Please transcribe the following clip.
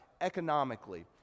economically